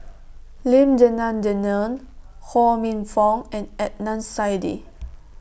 Lim Denan Denon Ho Minfong and Adnan Saidi